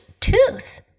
tooth